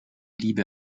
liebe